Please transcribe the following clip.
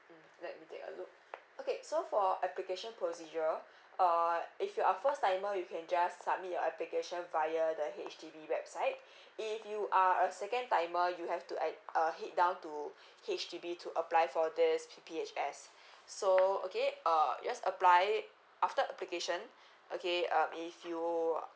mm let me take a look okay so for application procedure uh if you are first timer you can just submit your application via the H_D_B website if you are a second timer you have to act~ uh head down to H_D_B to apply for this P_P_H_S so okay uh just apply it after application okay um if you